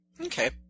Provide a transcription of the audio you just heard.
Okay